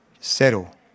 Settle